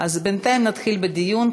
אז בינתיים נתחיל בדיון.